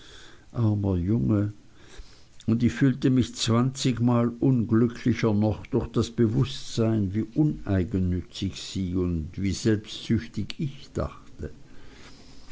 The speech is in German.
armer junge und ich fühlte mich zwanzigmal unglücklicher noch durch das bewußtsein wie uneigennützig sie und wie selbstsüchtig ich dachte